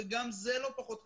וגם זה לא פחות חשוב.